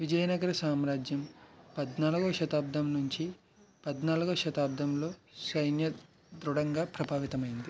విజయనగర సామ్రాజ్యం పద్నాలుగవ శతాబ్దం నుంచి పద్నాలుగవ శతాబ్దంలో సైన్య దృఢంగా ప్రభావితమైంది